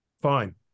fine